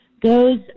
goes